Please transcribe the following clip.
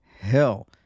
hell